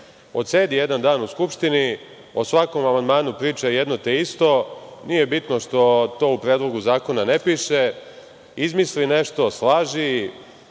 odsedi jedan dan u Skupštini, o svakom amandmanu priča jedno te isto, nije bitno što to u predlogu zakona ne piše, izmisli nešto, slaži,